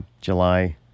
July